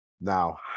Now